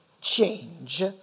change